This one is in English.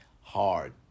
Hard